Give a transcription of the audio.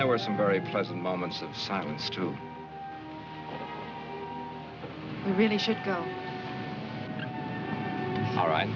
there were some very pleasant moments of silence to be really should go all right